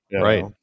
Right